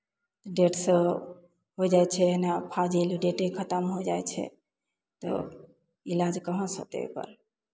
डेटसँ होइ जाइ छै अहिना फाजिल डेटे खतम होइ जाइ छै तऽ इलाज कहाँसँ होतै ओकर